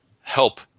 help